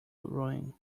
ruin